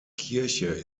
kirche